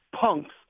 punks